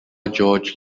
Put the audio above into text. george